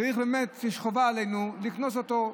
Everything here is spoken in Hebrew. חובה עלינו לקנוס אותו.